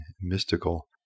mystical